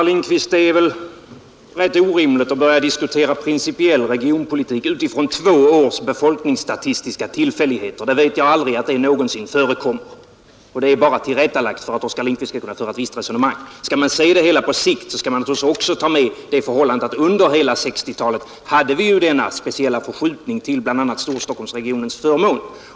Fru talman! Det är väl rätt orimligt, herr Lindkvist, att börja diskutera principiell regionpolitik utifrån två års befolkningsstatistiska tillfälligheter. Jag vet inte att det någonsin har förekommit. Det hela är bara tillrättalagt för att Oskar Lindkvist skall kunna föra ett visst resonemang. Skall man se det på sikt, skall man naturligtvis också ta med det förhållandet att under hela 1960-talet hade vi denna speciella förskjutning till bl.a. Storstockholmsregionens förmån.